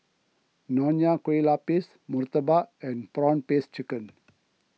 Nonya Kueh Lapis Murtabak and Prawn Paste Chicken